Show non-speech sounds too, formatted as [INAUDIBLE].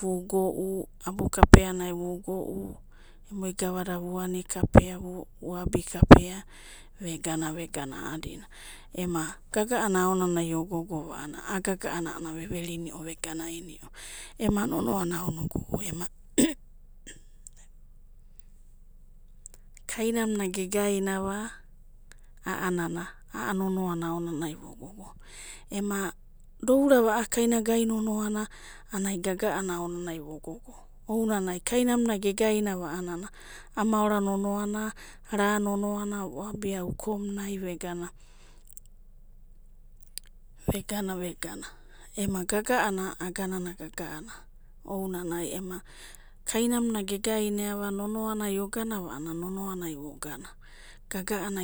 Va'go'u, abu'rapeanai vu go'u, emai gavada vu ani rapea, vu abi rapea vegana a'adina ema gaga'ana aonanai o gogova a'anana, a'a gagana ve verinio ve ganaimo, ema nonoana aonanai o gogo ema [NOISE] rainamura ge gainava a'anana, a'a nono'ana aonanai vo gogo, ema do'ura va a'a rainagai non'ana, ana gaga'ana aonanai vo gogo, ounanai rainamuna ge gairava a'a maora nono'ana, na nono'ana vo abi ukomunai vegana vegana, vegana, ema gaga'ana aganana, gaga'ana, ainanai, ema bainamuna ge gainiva nono'anao ogana a'anana, nonoanai vo gana, gaga'ana,